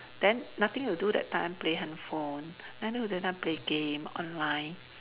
then nothing to do that time play handphone nothing to do that time play game online